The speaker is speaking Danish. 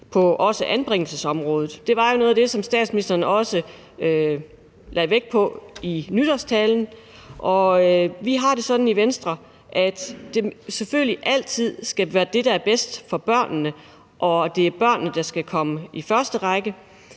på anbringelsesområdet. Det var jo noget af det, som statsministeren lagde vægt på i nytårstalen. Og vi har det sådan i Venstre, at det, man gør, selvfølgelig altid skal være det, der er bedst for børnene; det er børnene, der skal komme i første række.